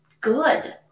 good